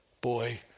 boy